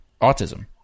autism